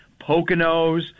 Poconos